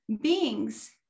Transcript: beings